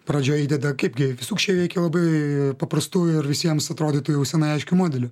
pradžioj įdeda kaipgi sukčiai veikia labai paprastu ir visiems atrodytų jau senai aiškiu modeliu